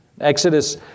Exodus